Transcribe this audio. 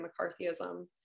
McCarthyism